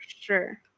sure